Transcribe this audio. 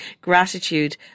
gratitude